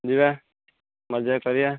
ଯିବା ମଜା କରିବା